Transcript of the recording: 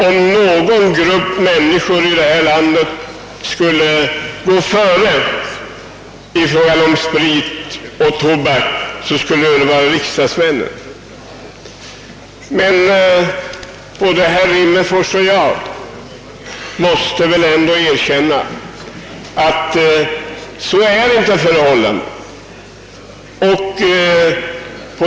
Om någon grupp människor i vårt land borde gå före med gott exempel i fråga om sprit och tobak, skulle det självfallet vara riksdagsmännen. Men både herr Rimmerfors och jag måste erkänna att detta inte kan genomföras.